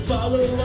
Follow